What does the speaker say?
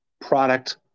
product